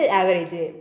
average